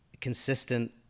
consistent